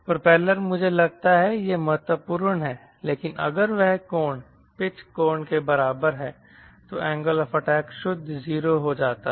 propeller मुझे लगता है कि यह महत्वपूर्ण है लेकिन अगर वह कोण पिच कोण के बराबर है तो एंगल ऑफ अटैक शुद्ध 0 हो जाता है